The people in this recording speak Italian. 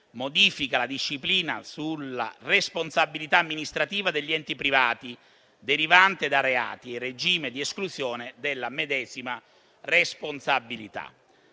modifica la disciplina sulla responsabilità amministrativa degli enti privati derivante da reati in regime di esclusione della medesima responsabilità.